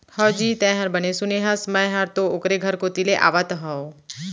हवजी, तैंहर बने सुने हस, मैं हर तो ओकरे घर कोती ले आवत हँव